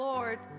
Lord